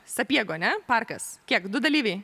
sapiegų ne parkas kiek du dalyviai